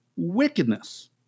wickedness